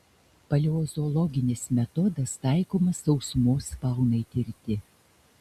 paleozoologinis metodas taikomas sausumos faunai tirti